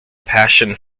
passion